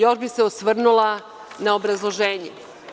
Još bih se osvrnula na obrazloženje.